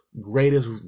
Greatest